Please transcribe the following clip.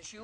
12:15.